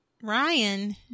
Ryan